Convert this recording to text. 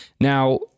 Now